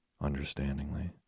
understandingly